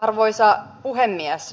arvoisa puhemies